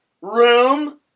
room